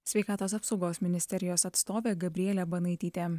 sveikatos apsaugos ministerijos atstovė gabrielė banaitytė